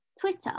Twitter